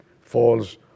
falls